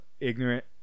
ignorant